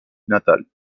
natal